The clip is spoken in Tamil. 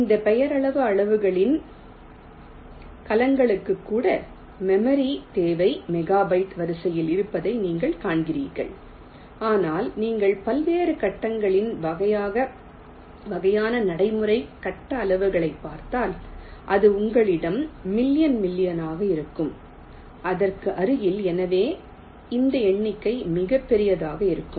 இந்த பெயரளவு அளவுகளின் கலங்களுக்கு கூட மெமரி தேவை மெகாபைட் வரிசையில் இருப்பதை நீங்கள் காண்கிறீர்கள் ஆனால் நீங்கள் பல்வேறு கட்டங்களின் வகையான நடைமுறை கட்ட அளவுகளைப் பார்த்தால் அது உங்களிடம் மில்லியன் மில்லியனாக இருக்கலாம் அதற்கு அருகில் எனவே இந்த எண்ணிக்கை மிகப் பெரியதாக இருக்கும்